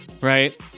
right